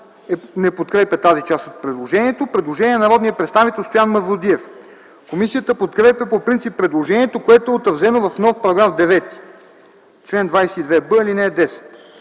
не подкрепя тази част от предложението. Предложение на народния представител Стоян Мавродиев. Комисията подкрепя по принцип предложението, което е отразено в нов § 9 (чл. 22б, ал. 10).